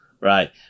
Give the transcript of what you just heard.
right